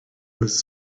was